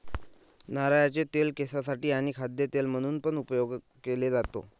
नारळाचे तेल केसांसाठी आणी खाद्य तेल म्हणून पण उपयोग केले जातो